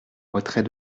retrait